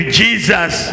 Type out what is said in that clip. jesus